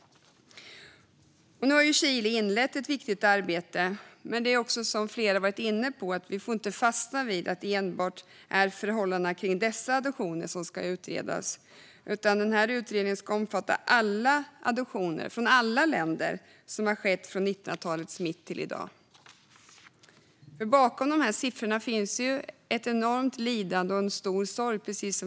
Nu har Chile inlett ett viktigt arbete, men som flera varit inne på får vi inte fastna i att enbart förhållandena kring dessa adoptioner ska utredas. Utredningen ska omfatta alla adoptioner, från alla länder, som skett från 1900-talets mitt till i dag. Bakom dessa siffror finns ett enormt lidande och en stor sorg.